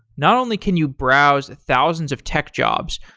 not only can you browse thousands of tech jobs,